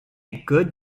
good